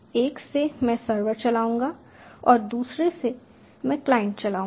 1 से मैं सर्वर चलाऊंगा और दूसरे से मैं क्लाइंट चलाऊंगा